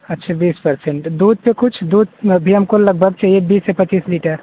अच्छा बीस परसेंट दूध पर कुछ दूध भी हमको लगभग चाहिए बीस से पचीस लीटर